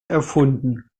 erfunden